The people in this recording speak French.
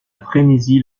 frénésie